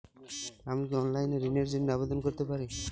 আমি কি অনলাইন এ ঋণ র জন্য আবেদন করতে পারি?